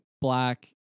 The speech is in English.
black